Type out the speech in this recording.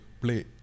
play